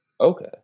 Okay